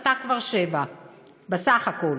אתה כבר שבע או שש בסך הכול,